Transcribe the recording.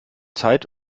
zeit